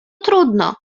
trudno